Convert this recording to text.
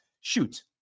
Shoot